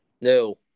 No